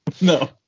no